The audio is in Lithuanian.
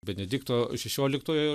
benedikto šešioliktojo